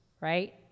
Right